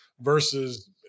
versus